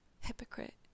Hypocrite